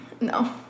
No